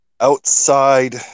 outside